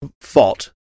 fault